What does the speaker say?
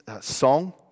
song